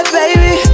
baby